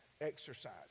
exercise